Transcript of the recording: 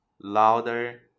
louder